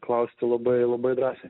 klausti labai labai drąsiai